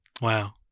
Wow